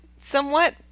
Somewhat